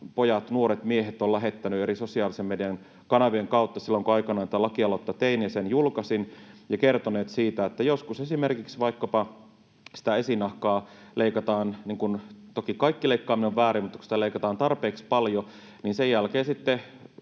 pojat, nuoret miehet ovat lähettäneet eri sosiaalisen median kanavien kautta silloin, kun aikanaan tätä lakialoitetta tein ja sen julkaisin, ja kertoneet siitä, että joskus vaikkapa sitä esinahkaa leikataan niin paljon... Toki kaikki leikkaaminen on väärin, mutta kun sitä leikataan tarpeeksi paljon, sen jälkeen se sitten